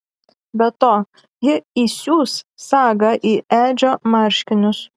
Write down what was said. be to ji įsius sagą į edžio marškinius